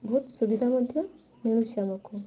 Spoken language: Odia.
ବହୁତ ସୁବିଧା ମଧ୍ୟ ମିଳୁଛି ଆମକୁ